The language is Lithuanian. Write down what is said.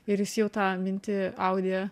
ir jis jau tą mintį audė